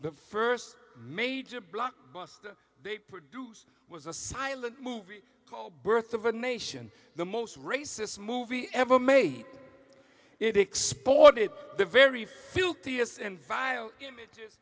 the first major blockbuster they produce was a silent movie called birth of a nation the most racist movie ever made it exported the very filthy us and vile images